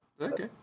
Okay